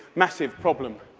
massive problem.